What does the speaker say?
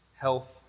health